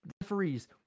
referees